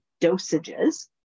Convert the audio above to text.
dosages